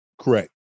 Correct